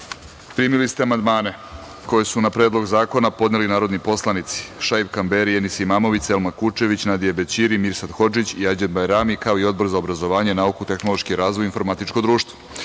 Mali. Primili ste amandmane, koji su na predlog zakona podneli narodni poslanici: Šaip Kamberi, Enis Imamović, Selma Kučević, Nadija Bećiri, Mirsad Hodžić i Ajđend Bajrami, kao i Odbor za obrazovanje, nauku, tehnološki razvoj informatičko društvo. Primili